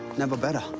never better.